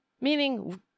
Meaning